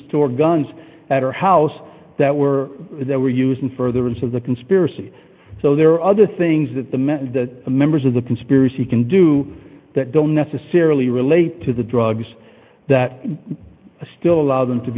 store guns at her house that were that were used in further into the conspiracy so there are other things that the men and the members of the conspiracy can do that don't necessarily relate to the drugs that still allow them to